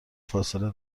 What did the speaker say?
فاصله